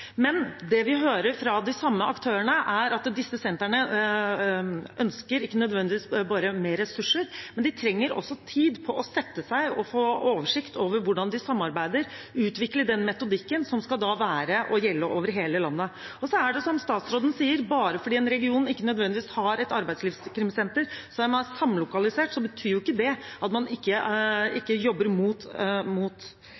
Men det vi hører fra de samme aktørene, er at disse sentrene ikke nødvendigvis bare ønsker seg mer ressurser, men at de også trenger tid til å sette seg ned og få oversikt over hvordan de samarbeider, og utvikle den metodikken som skal brukes over hele landet. Som statsråden sier: At en region ikke har et arbeidslivskriminalitetssenter og er samlokalisert, betyr ikke at man ikke